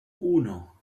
uno